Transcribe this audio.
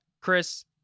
chris